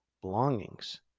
belongings